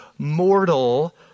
Mortal